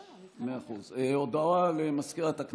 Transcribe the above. נא לשבת.